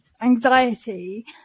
anxiety